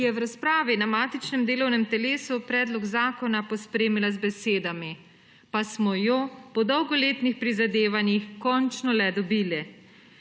ki je v razpravi na matičnem delovnem telesu predlog zakona pospremila z besedami: »Pa smo jo po dolgoletnih prizadevanjih končno le dobili.«